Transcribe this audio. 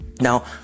Now